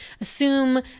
assume